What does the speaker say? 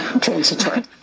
Transitory